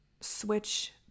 switch